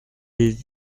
ait